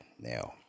now